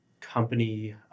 company